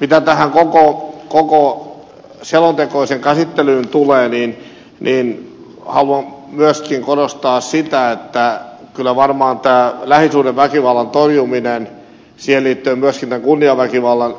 mitä tähän koko selontekoon ja sen käsittelyyn tulee niin haluan myöskin korostaa sitä että kyllä varmaan tämä lähisuhdeväkivallan torjuminen siihen liittyen myöskin tähän kunniaväkivallan